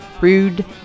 Rude